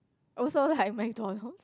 also like MacDonalds